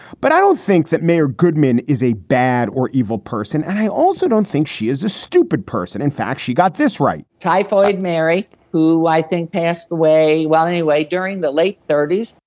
but i don't think that mayor goodman is a bad or evil person. and i also don't think she is a stupid person. in fact, she got this right typhoid mary, who i think passed away. well, anyway, during the late thirties,